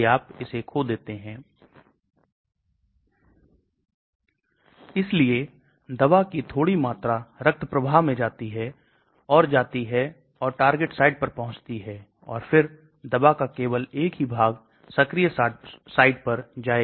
दीवारों के बीच junction का जोड़ कभी कभी junction की दीवारें बहुत पतली होती है ताकि वे किसी भी प्रसार को होने की अनुमति नहीं देती है जब तक यह बहुत ढीली नहीं हो जाती है प्रसार नहीं हो सकता